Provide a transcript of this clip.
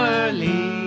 early